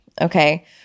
Okay